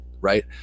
right